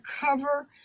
cover